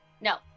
No